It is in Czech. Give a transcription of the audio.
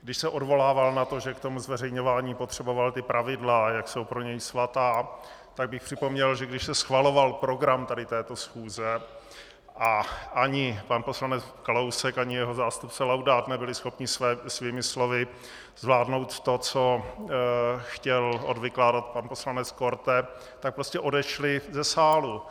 Když se odvolával na to, že ke zveřejňování potřeboval pravidla, jak jsou pro něj svatá, tak bych připomněl, že když se schvaloval program této schůze a ani pan poslanec Kalousek ani jeho zástupce Laudát nebyli schopni svými slovy zvládnou to, co chtěl odvykládat pan poslanec Korte, tak prostě odešli ze sálu.